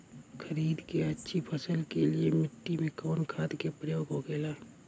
खरीद के अच्छी फसल के लिए मिट्टी में कवन खाद के प्रयोग होखेला?